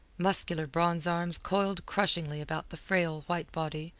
muscular bronze arms coiled crushingly about the frail white body,